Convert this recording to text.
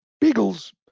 beagles